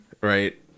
Right